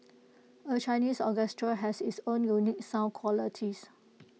A Chinese orchestra has its own unique sound qualities